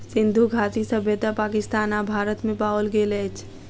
सिंधु घाटी सभ्यता पाकिस्तान आ भारत में पाओल गेल अछि